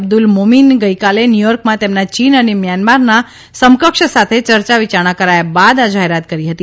બ્દુલ મોમીન ગઇકાલે ન્યૂચોર્કમાં તેમના ચીન ને મ્યાંમારના સમકક્ષ સાથે ચર્ચાવિયારણા કરાયા બાદ આ જાહેરાત કરી હતી